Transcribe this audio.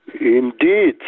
Indeed